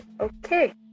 Okay